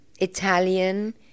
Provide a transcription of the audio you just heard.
Italian